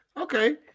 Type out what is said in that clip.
Okay